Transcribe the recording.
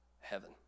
heaven